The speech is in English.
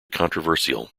controversial